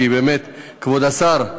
כי באמת כבוד השר,